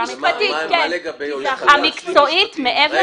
עמדה מקצועית מעבר